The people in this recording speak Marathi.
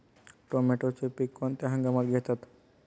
टोमॅटोचे पीक कोणत्या हंगामात घेतात?